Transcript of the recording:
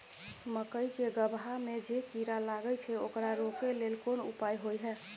मकई के गबहा में जे कीरा लागय छै ओकरा रोके लेल कोन उपाय होय है?